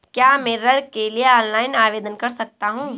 क्या मैं ऋण के लिए ऑनलाइन आवेदन कर सकता हूँ?